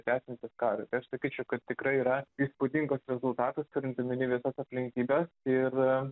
tęsiantis karui tai aš sakyčiau kad tikrai yra įspūdingas rezultatas turint omeny visas aplinkybes ir